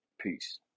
Peace